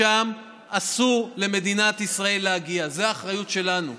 לשם אסור למדינת ישראל להגיע, זו האחריות שלנו,